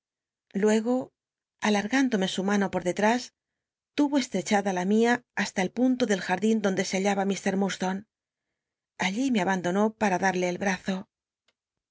luego alatgündome su mano por detnis tui'ocstrechndu la mia hasta el punto dcljardin donde se hallaba ir ilurdslone allí me abandonó para darle el brazo